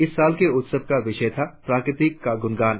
इस साल के उत्सव का विषय था प्रकृति का गुणगान